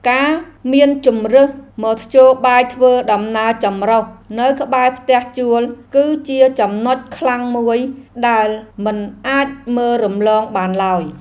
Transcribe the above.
ការមានជម្រើសមធ្យោបាយធ្វើដំណើរចម្រុះនៅក្បែរផ្ទះជួលគឺជាចំណុចខ្លាំងមួយដែលមិនអាចមើលរំលងបានឡើយ។